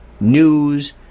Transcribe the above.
news